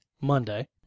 Monday